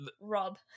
Rob